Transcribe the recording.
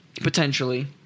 potentially